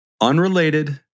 unrelated